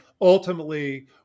ultimately